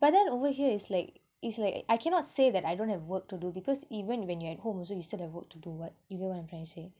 but then over here is like is like I cannot say that I don't have work to do because even when you're at home also you still have work to do [what] you know what I'm trying to say